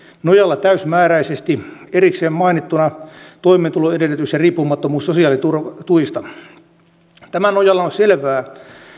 nojalla täysimääräisesti erikseen mainittuna toimeentuloedellytys ja riippumattomuus sosiaalituista tämän nojalla on selvää